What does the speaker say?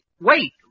Wait